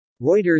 Reuters